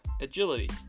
agility